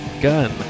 Gun